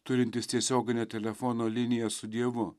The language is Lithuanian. turintis tiesioginę telefono liniją su dievu